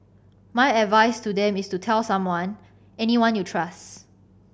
my advice to them is to tell someone anyone you trust